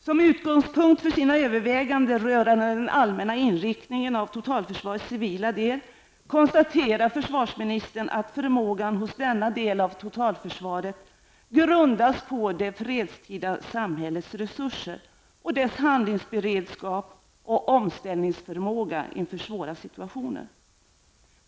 Som utgångspunkt för sina överväganden rörande den allmänna inriktningen av totalförsvarets civila del konstaterar försvarsministern att förmågan hos denna del av totalförsvaret grundas på det fredstida samhällets resurser och dess handlingsberedskap och omställningsförmåga inför svåra situationer.